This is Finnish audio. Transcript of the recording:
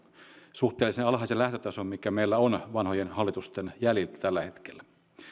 suhteellisen alhaisen lähtötason mikä meillä on vanhojen hallitusten jäljiltä tällä hetkellä